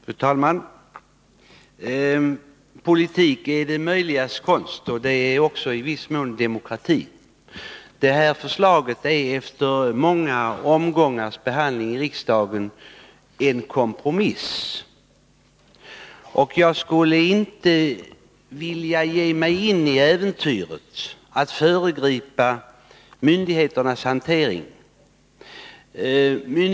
Fru talman! Politik är det möjligas konst, och det är också i viss mån demokratin. Det här förslaget är en kompromiss efter många omgångars behandling i riksdagen, och jag skulle inte vilja ge mig in i äventyret att föregripa myndigheternas hantering.